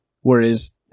Whereas